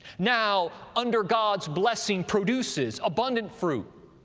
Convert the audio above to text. now under god's blessing produces abundant fruit,